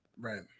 right